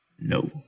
No